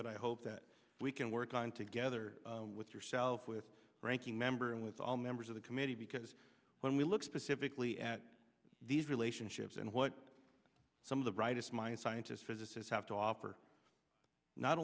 that i hope that we can work on together with yourself with ranking member and with all members of the committee because when we look specifically at these relationships and what some of the brightest minds scientists physicists have to offer not